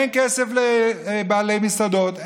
אין כסף לבעלי מסעדות,